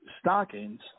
stockings